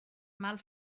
mal